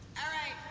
alright